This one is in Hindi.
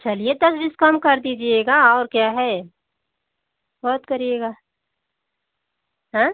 चलिए दस बीस कम कर दीजिएगा और क्या है बहुत करिएगा हाँ